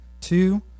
two